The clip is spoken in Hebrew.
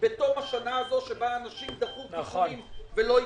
בתום השנה הזאת שבה אנשים דחו טיפולים ולא הגיעו.